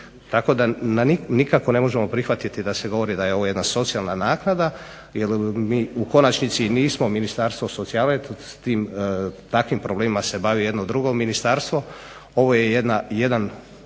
Tako da nikako ne možemo prihvatiti da se govori da je ovo jedna socijalna naknada jer mi u konačnici nismo ministarstvo socijale. S takvim problemima se bavi jedno drugo ministarstvo. Ovo je jedan